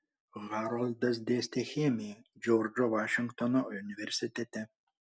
haroldas dėstė chemiją džordžo vašingtono universitete